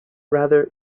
rather